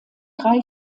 drei